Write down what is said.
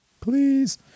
please